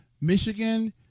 michigan